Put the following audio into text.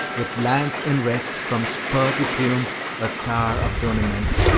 with lance in rest, from spur to plume a star of tournament,